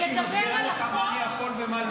לדבר על החוק -- טוב שהיא מסבירה לך מה אני יכול ומה לא.